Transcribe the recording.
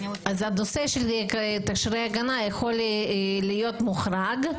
הנושא של תכשירי הגנה יכול להיות מוחרג,